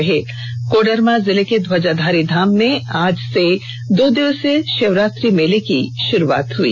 वहीं कोडरमा जिले के ध्वजाधारी धाम में आज से दो दिवसीय षिवरात्रि मेले की शुरूआत हुई